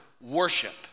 worship